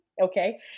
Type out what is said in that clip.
Okay